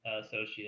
Associate